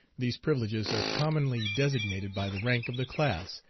these privileges are commonly designated by the rank of the class,